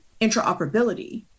interoperability